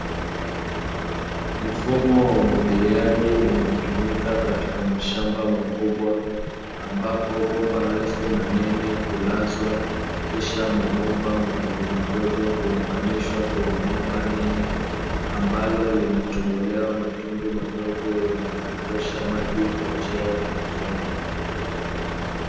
Mfumo wa umwagiliaji unaotumika katika mashamba makubwa, ambapo bomba refu na nene hulazwa, kisha mabomba madogomadogo huunganishwa kwenye bomba nene ambalo linatobolewa matundu madogo yanayodondosha maji kwa njia ya matone.